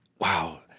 wow